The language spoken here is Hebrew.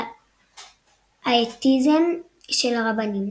על האתאיזם של הרבנים.